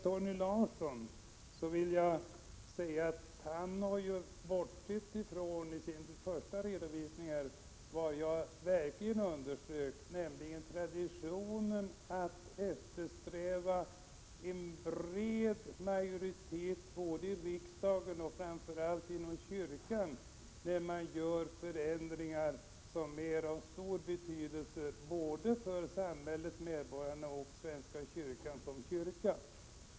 Torgny Larsson bortsåg i sin första redovisning från vad jag verkligen underströk, nämligen traditionen att eftersträva en bred majoritet både i riksdagen och framför allt inom kyrkan när man gör förändringar som är av stor betydelse för samhället, medborgarna och svenska kyrkan som kyrka.